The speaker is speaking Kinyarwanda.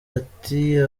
ati